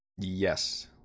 Yes